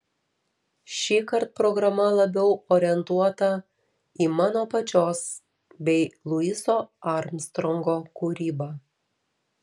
šįkart programa labiau orientuota į mano pačios bei luiso armstrongo kūrybą